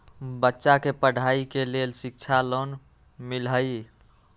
बच्चा के पढ़ाई के लेर शिक्षा लोन मिलहई?